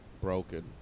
broken